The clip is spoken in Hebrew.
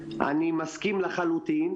אני מסכים לחלוטין,